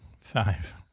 five